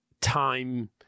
time